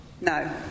no